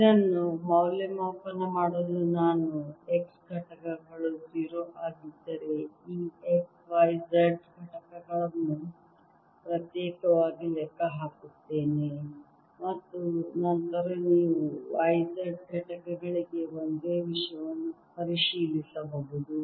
ಇದನ್ನು ಮೌಲ್ಯಮಾಪನ ಮಾಡಲು ನಾನು x ಘಟಕಗಳು 0 ಆಗಿದ್ದರೆ ಈ x y ಮತ್ತು z ಘಟಕಗಳನ್ನು ಪ್ರತ್ಯೇಕವಾಗಿ ಲೆಕ್ಕ ಹಾಕುತ್ತೇನೆ ಮತ್ತು ನಂತರ ನೀವು y ಮತ್ತು z ಘಟಕಗಳಿಗೆ ಒಂದೇ ವಿಷಯವನ್ನು ಪರಿಶೀಲಿಸಬಹುದು